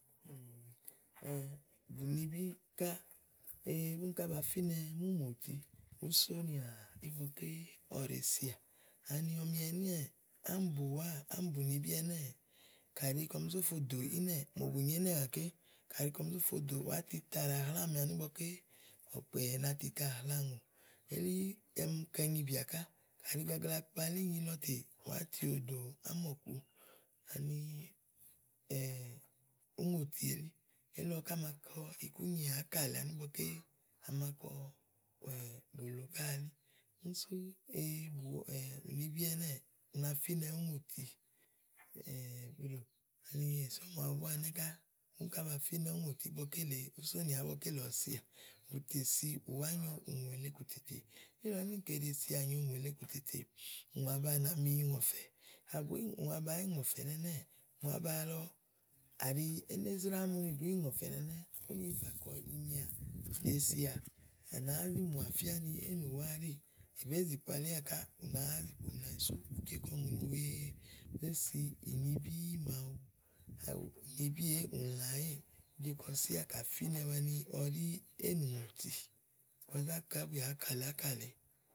Bùnibí kába fínɛ e múùŋòti, ùú sɔnìà ígbɔ ɔwɛ ɖèe sibìà. Ani ɔmi nɛnɛ́ɛ̀ ámi bùwá, ámi búnibí ɛnɛ́ɛ̀, kayi kɔm zó so fodò ínɛ̀ mòo bù nyo ínɛ̀ gàké kayi kɔm zò so fodò ínɛ̀, wàátita wa hlàa mì ani ígbɔ ɔ̀kpɛ̀ na tita hlàa ùŋò. Elí tè ɔmi kɔ inyibìà ká. Kayi gágla kpalí inyi lɔ tè wàá ti òwo dò ámɔ̀ku. Ani úŋòti, elí ké áma kɔ ikúnyià ákà lèe ani ígbɔ a ma kɔ bòlò ká. Úni sú e bùnibí ɛnɛ́ɛ̀ una fínɛ úŋòti besɔ̀ máaɖu búá ká ɛnɛ́ɛ̀ bìà ba fínɛ úŋòti. Ígbɔ ké lèe ùú sonìà ígbɔ ké lèe ɔwɔ sibìà. Bù tè si ùwá nyo úŋù èle kòtètè. Úni kàyi éɖe sià nyo ùŋù èɖe sià nyo ùŋù èle kòtètè úŋò aba na mi yi ŋɔ̀fɛ̀ nɛnɛ́ɛ̀ kàɖi ùŋò aba lɔ kàɖi éné zà mu ni bùú yi ŋɔ̀fɛ̀ɛ̀, úni fà kɔ inyià ɖèe sià, à nàá zi mùà jèsì ni éè nùwá ɛɖíì. Àbá zàa kpalíà ká ù nàá zi kpomlàwɛɛ̀. Úni sú mla kɔ ùŋonì wèe zé si úni bí màaɖu, kayi ùnibí èéè, ùlà èéè, ùú je kà fínɛwɛ ni ɔwɛ ɖi éè nuŋòtikɔ zá kɔ ábúà ákà lèe.